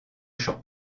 champ